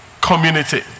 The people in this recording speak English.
community